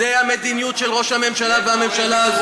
זו המדיניות של ראש הממשלה והממשלה הזאת.